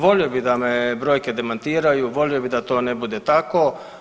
Volio bih da me brojke demantiraju, volio bih da to ne bude tako.